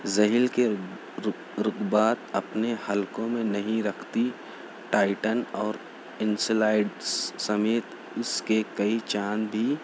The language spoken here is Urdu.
زحیل کے رکبات اپنے حلقوں میں نہیں رکھتی ٹایٹن اور انسلائیڈس سمیت اس کے کئی چاند بھی